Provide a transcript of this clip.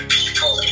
people